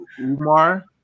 Umar